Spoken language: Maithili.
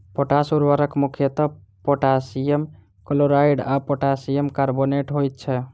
पोटास उर्वरक मुख्यतः पोटासियम क्लोराइड आ पोटासियम कार्बोनेट होइत छै